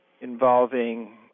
involving